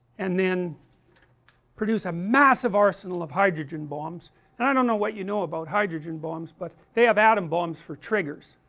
and then produce a massive arsenal of hydrogen bombs and i don't know what you know about hydrogen bombs, but they have atom bombs for triggers